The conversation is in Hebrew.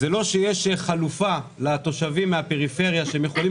זה לא שיש חלופה לתושבים מהפריפריה שהם יכולים